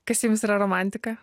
kas jums yra romantika